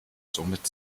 somit